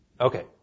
okay